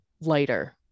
lighter